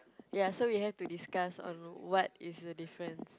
ya so we have to discuss on what is the difference